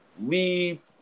leave